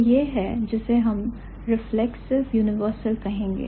तो यह है जिसे हम reflexive universal कहेंगे